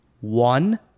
one